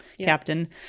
captain